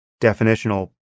definitional